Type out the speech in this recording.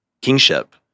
kingship